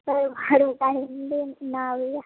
कहलहुॅं भारी कहानी हिन्दीमे आबैया